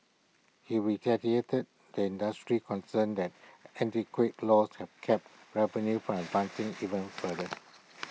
he the industry's concerns that antiquated laws have capped revenue from advancing even further